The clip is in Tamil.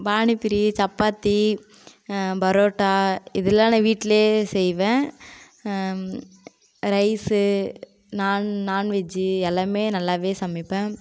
பானிபூரி சப்பாத்தி பரோட்டா இதெல்லாம் நான் வீட்டிலேயே செய்வேன் ரைஸ் நான் நான்வெஜ் எல்லாம் நல்லா சமைப்பேன்